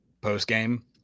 post-game